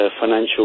financial